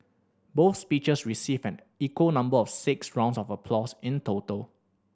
both speeches received an equal number of six rounds of applause in total